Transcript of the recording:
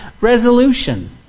resolution